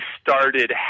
started